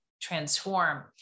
transform